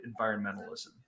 environmentalism